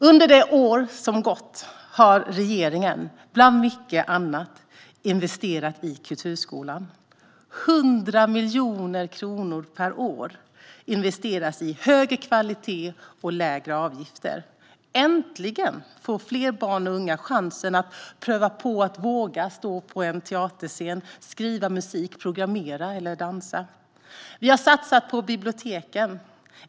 Under det år som har gått har regeringen bland mycket annat investerat i kulturskolan. 100 miljoner kronor per år investeras i högre kvalitet och lägre avgifter. Äntligen får fler barn och unga chansen att pröva på att våga stå på en teaterscen, skriva musik, programmera eller dansa. Vi har satsat på biblioteken.